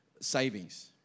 Savings